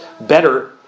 better